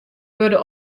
wurde